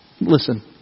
Listen